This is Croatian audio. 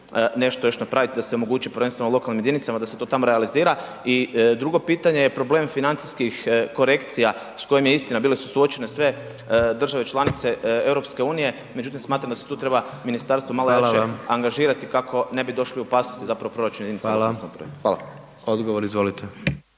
nešto još napraviti da se omogući prvenstveno lokalnim jedinicama da se to tamo realizira. I drugo pitanje je problem financijskih korekcija s kojim je istina bile su suočene sve države članice EU, međutim smatram da se tu treba ministarstvo malo jače angažirati kako ne bi došli u opasnost zapravo proračun jedinica lokalne samouprave.